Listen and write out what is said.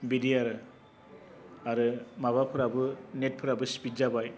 बिदि आरो आरो माबाफ्राबो नेटफोराबो स्पीड जाबाय